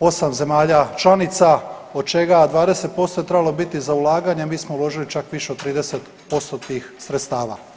8 zemalja članica od čega 20% je trebalo biti za ulaganje, a mi smo uložili čak više od 30% tih sredstava.